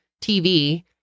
TV